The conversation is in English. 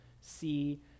see